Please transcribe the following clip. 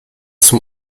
zum